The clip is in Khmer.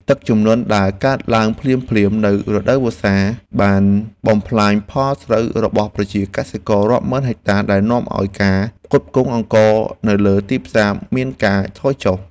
ទឹកជំនន់ដែលកើតឡើងភ្លាមៗនៅរដូវវស្សាបានបំផ្លាញផលស្រូវរបស់ប្រជាកសិកររាប់ម៉ឺនហិកតាដែលនាំឱ្យការផ្គត់ផ្គង់អង្ករនៅលើទីផ្សារមានការថយចុះ។